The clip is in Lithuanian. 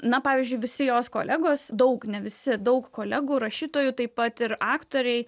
na pavyzdžiui visi jos kolegos daug ne visi daug kolegų rašytojų taip pat ir aktoriai